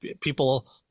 people